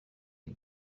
iyi